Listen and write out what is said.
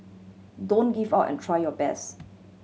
don't give up and try your best